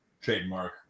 trademark